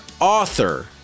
author